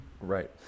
Right